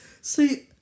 See